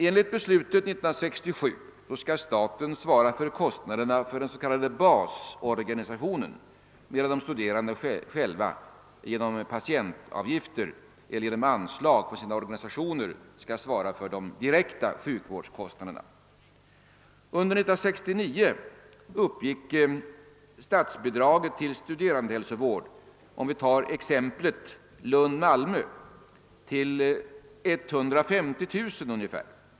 Enligt beslutet 1967 skall staten svara för kostnaderna för den s.k. basorganisationen, medan de studerande själva genom patientavgifter eller genom anslag från sina organisationer skall svara för de direkta sjukvårdskostnaderna. Under 1969 uppgick statsbidraget till studerandehälsovård i t.ex. Lund-—Malmö till ungefär 150 000 kr.